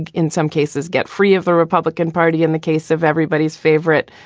and in some cases get free of the republican party. in the case of everybody's favorite,